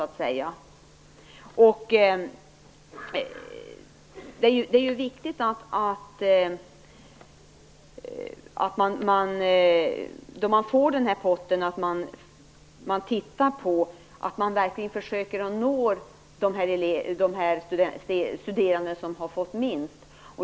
Det är viktigt att man då man får den här potten verkligen försöker nå de studerande som har fått minst.